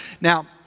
now